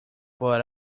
but